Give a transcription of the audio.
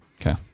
Okay